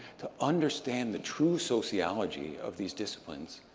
to understand the true sociology of these disciplines,